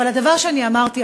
אבל הדבר שאני אמרתי,